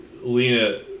Lena